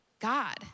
God